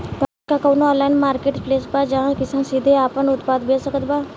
का कउनों online marketplace बा जहां किसान सीधे आपन उत्पाद बेच सकत बा?